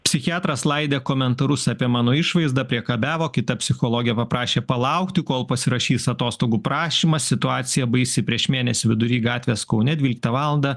psichiatras laidė komentarus apie mano išvaizdą priekabiavo kita psichologė paprašė palaukti kol pasirašys atostogų prašymą situacija baisi prieš mėnesį vidury gatvės kaune dvyliktą valandą